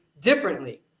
differently